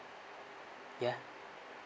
ya